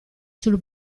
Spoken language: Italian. sul